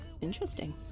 Interesting